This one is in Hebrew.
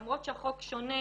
למרות שהחוק שונה,